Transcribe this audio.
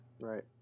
Right